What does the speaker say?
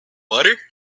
butter